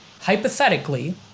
hypothetically